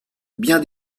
bien